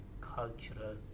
Cultural